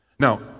Now